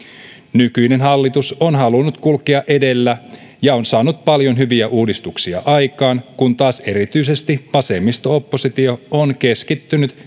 nykyinen hallitus on halunnut kulkea edellä ja on saanut paljon hyviä uudistuksia aikaan kun taas erityisesti vasemmisto oppositio on keskittynyt